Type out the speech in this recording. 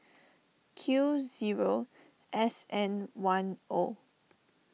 Q zero S N one O